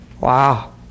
Wow